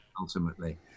ultimately